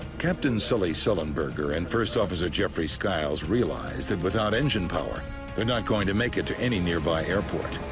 captain sully sullenberger and first officer jeffrey skiles realized that without engine power they're not going to make it to any nearby airport.